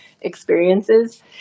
experiences